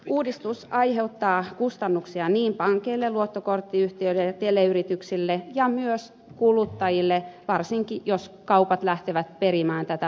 uudistus aiheuttaa kustannuksia niin pankeille luottokorttiyhtiöille ja teleyrityksille kuin myös kuluttajille varsinkin jos kaupat lähtevät perimään tätä provisiota